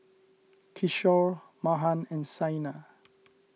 Kishore Mahan and Saina